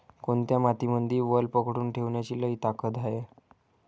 कोनत्या मातीमंदी वल पकडून ठेवण्याची लई ताकद हाये?